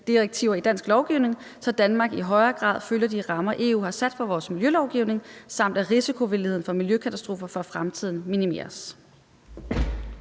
EU-direktiver i dansk lovgivning, så Danmark i højere grad følger de rammer, EU har sat for vores miljølovgivning, og at risikovilligheden for miljøkatastrofer for fremtiden minimeres?